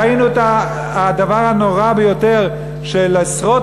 ראינו את הדבר הנורא ביותר של עשרות